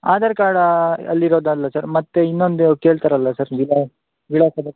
Aadhaar card ಅಲ್ಲಿರೋದಲ್ಲ sir ಮತ್ತು ಇನ್ನೊಂದು ಕೇಳ್ತಾರಲ್ಲ ಸರ್ ವಿಳಾ ವಿಳಾಸದ